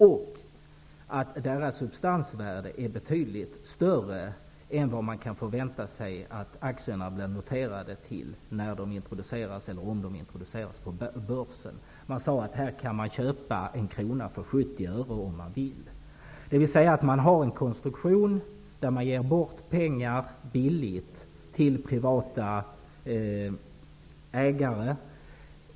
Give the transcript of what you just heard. Vidare är deras substansvärde betydligt större än vad man kan förvänta sig att aktierna noteras till vid en introduktion på Börsen. Det har sagts att en krona kunde köpas för 70 öre om man så ville. Man har alltså en konstruktion som innebär att man ger bort pengar billigt till privata ägare.